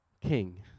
king